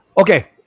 okay